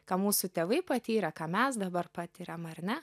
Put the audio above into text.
ką mūsų tėvai patyrę ką mes dabar patiriam ar ne